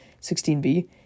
16b